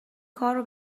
کارو